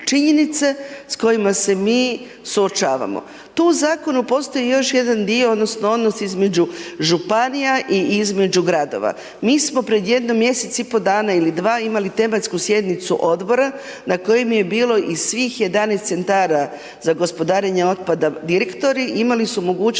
s kojima se mi suočavamo. Tu u zakonu postoji još jedan dio, odnosno, odnos između županija i između gradova. Mi smo pred jedno mjesec i pol dana ili dva imali tematsku sjednicu odbora, na kojem je bilo i svih 11 centara za gospodarenje otpada direktori, imali su mogućnost